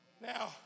now